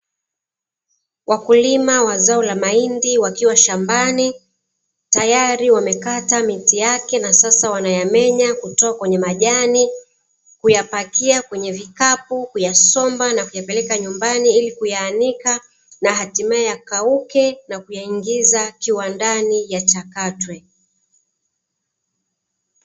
Wakulima wa zao la mahindi wakiwa shambani, tayari wamekata miti yake na sasa wanayamenya kutoa kwenye majani kuyapakiwa kwenye vikapu, kuyasomba, na kuyapeleka nyumbani ili kuyaanika na hatimaye yakauke na kuyaingiza kiwandani ya chakatwe.